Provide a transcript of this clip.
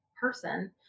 person